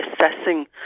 assessing